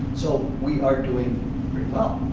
so we are doing pretty well.